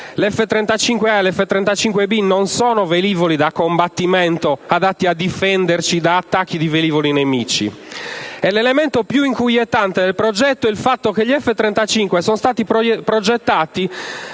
A e B, non sono veivoli da combattimento adatti a difenderci da attacchi di velivoli nemici. L'elemento più inquietante del progetto è il fatto che gli F-35 sono stati progettati